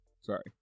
Sorry